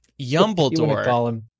Yumbledore